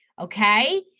Okay